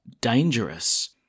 dangerous